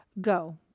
go